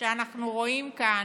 שאנחנו רואים כאן,